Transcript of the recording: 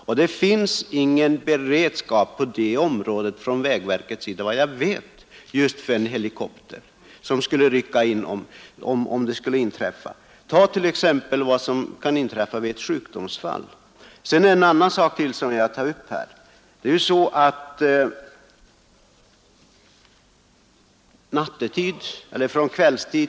Vägverket har, efter vad jag vet, ingen sådan beredskap med en helikopter, som skulle kunna rycka in om något skulle inträffa, t.ex. vid ett sjukdomsfall. Jag vill också ta upp en annan sak.